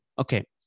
Okay